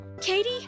Katie